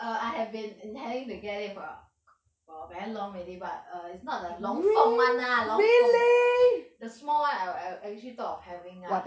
err I have been intending to get it for a for very long already but err is not the long zhong one ah long zhong the small [one] I will I will actually thought of having ah